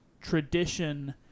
tradition